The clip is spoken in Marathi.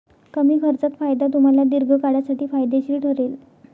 कमी खर्चात फायदा तुम्हाला दीर्घकाळासाठी फायदेशीर ठरेल